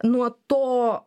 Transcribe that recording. nuo to